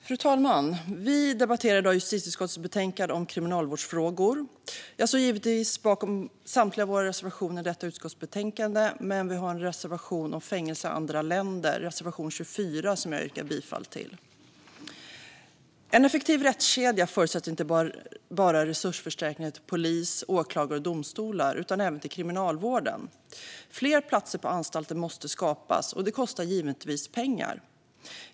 Fru talman! Vi debatterar i dag justitieutskottets betänkande om kriminalvårdsfrågor. Jag står givetvis bakom samtliga våra reservationer i detta utskottsbetänkande, men vi har en reservation om fängelser i andra länder, reservation 24, som jag yrkar bifall till. En effektiv rättskedja förutsätter inte bara resursförstärkningar till polis, åklagare och domstolar utan även till kriminalvården. Fler platser på anstalter måste skapas, och det kostar givetvis pengar.